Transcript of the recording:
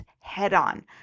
head-on